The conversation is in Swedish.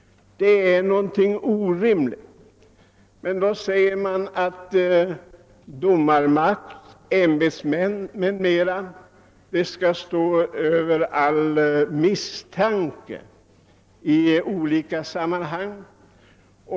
Det är en orimlig ordning. Det heter i grundlagen att domarmakten, vissa ämbetsmän m.m. skall stå över all misstanke i olika sammanhang.